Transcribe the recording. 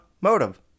motive